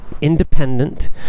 independent